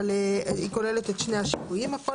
אבל היא כוללת את שני השיפויים, הפוליסה.